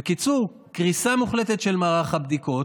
בקיצור, קריסה מוחלטת של מערך הבדיקות.